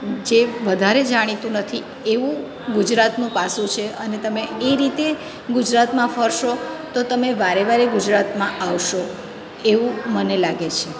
જે વધારે જાણીતું નથી એવું ગુજરાતનું પાસું છે અને તમે એ રીતે ગુજરાતમાં ફરશો તો તમે વારે વારે ગુજરાતમાં આવશો એવું મને લાગે છે